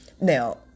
Now